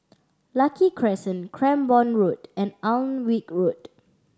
Lucky Crescent Cranborne Road and Alnwick Road